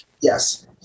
Yes